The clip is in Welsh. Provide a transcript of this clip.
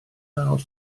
mawr